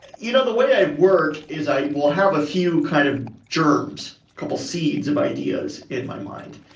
you know, the way i work is i will have a few kind of germs, couple seeds of ideas in my mind.